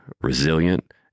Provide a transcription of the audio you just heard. resilient